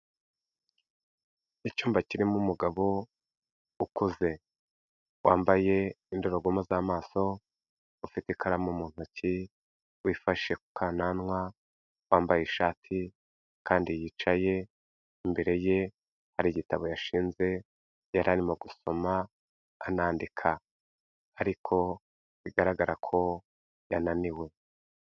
Icyumba kirimo umugabo ukuze, wambaye indorerwamo z'amaso, ufite ikaramu mu ntoki, wifashe ku kananwa, wambaye ishati kandi yicaye, imbere ye hari igitabo yashinze, yari arimo gusoma anandika. Ariko bigaragara ko yananiwe.